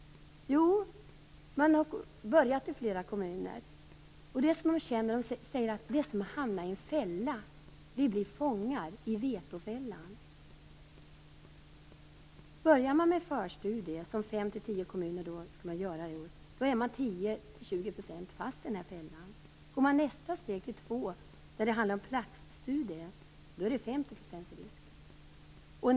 Jo, man har börjat arbetet i flera kommuner. De som känner till det säger att det är som att hamna i en fälla: Vi blir fångar i vetofällan. Börjar man med förstudier, som 5-10 kommuner skall göra i år, är man till 10-20 % fast i fällan. Går man nästa steg till två kommuner, där det handlar om platsstudier, är det 50 % risk.